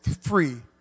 free